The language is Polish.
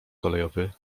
kolejowy